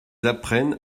apprennent